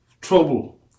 Trouble